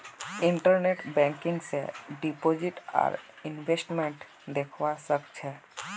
internet banking स deposit आर investment दख्वा स ख छ